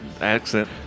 accent